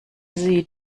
sie